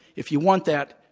if you want that,